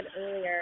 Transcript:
earlier